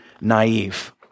naive